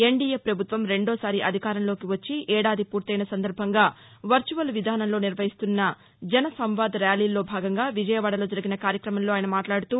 NDA ప్రభుత్వం రెండో సారి అధికారంలోకి వచ్చి ఏడాది పూర్తెన సందర్భంగా వర్చువల్ విధానంలో నిర్వహిస్తున్న జన సంవాద్ ర్యాలీల్లో భాగంగా విజయవాదలో జరిగిన కార్యక్రమంలో ఆయన మాట్లాడుతూ